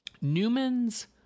Newman's